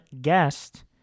guest